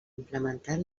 implementar